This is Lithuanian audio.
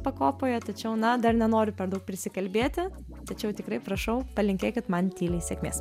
pakopoje tačiau na dar nenoriu per daug prisikalbėti tačiau tikrai prašau palinkėkit man tyliai sėkmės